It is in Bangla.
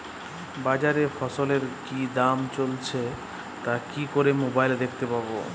বাজারে ফসলের কি দাম চলছে তা কি করে মোবাইলে দেখতে পাবো?